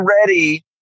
ready